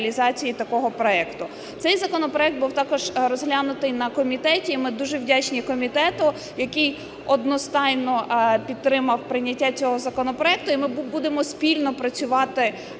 Цей законопроект був також розглянутий на комітеті, і ми дуже вдячні комітету, який одностайно підтримав прийняття цього законопроекту, і ми будемо спільно працювати